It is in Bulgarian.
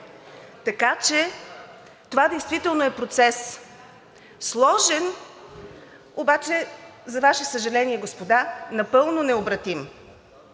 Така че това действително е процес – сложен, обаче за Ваше съжаление, господа, напълно необратим